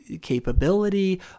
capability